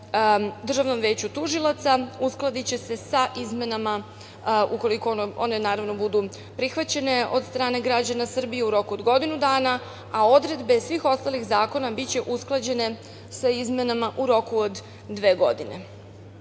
i Zakon o DVT uskladiće se sa izmenama, ukoliko one naravno budu prihvaćene od strane građana Srbije u roku od godinu dana, a odredbe svih ostalih zakona biće usklađene sa izmenama u roku od dve godine. Ono